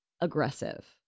aggressive